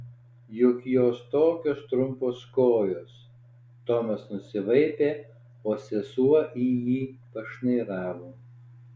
juk jos tokios trumpos kojos tomas nusivaipė o sesuo į jį pašnairavo